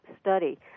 study